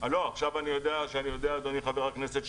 עכשיו כשאני יודע שאתה הרבה בכנסת אדוני חבר הכנסת,